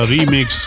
Remix